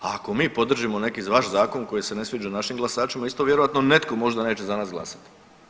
A ako mi podržimo neki vaš zakon koji se ne sviđa našim glasačima, isto vjerojatno netko možda neće za nas glasati.